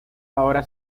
ahora